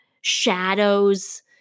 shadows